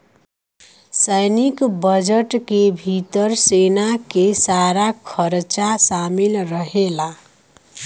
सैनिक बजट के भितर सेना के सारा खरचा शामिल रहेला